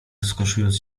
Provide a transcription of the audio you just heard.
rozkoszując